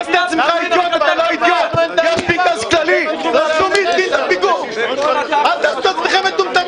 אל תעשה את עצמך --- אתה לא היית פה --- אל תעשו את עצמכן מטומטמים.